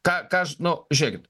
ką ką ž nu žėkit